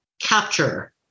capture